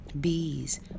Bees